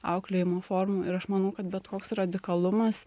auklėjimo formų ir aš manau kad bet koks radikalumas